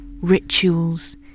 Rituals